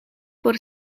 por